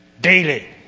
daily